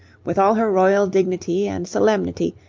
with all her royal dignity and solemnity,